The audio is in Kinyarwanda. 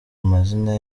amazina